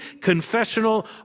confessional